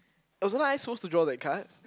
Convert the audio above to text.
wasn't I supposed to draw that card